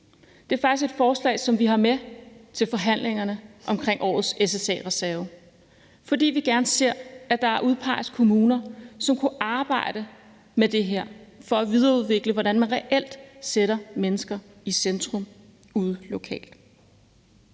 Det er faktisk et forslag, som vi har med til forhandlingerne omkring årets SSA-reserve, fordi vi gerne ser, at der udpeges kommuner, som kunne arbejde med det her for at videreudvikle, hvordan man reelt sætter mennesker i centrum ude lokalt.